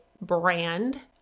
brand